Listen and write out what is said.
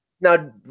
Now